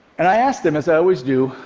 and i asked them, as i always do,